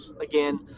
again